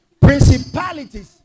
principalities